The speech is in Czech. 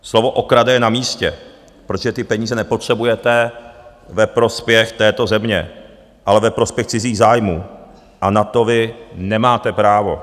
Slovo okrade je na místě, protože ty peníze nepotřebujete ve prospěch této země, ale ve prospěch cizích zájmů, a na to vy nemáte právo!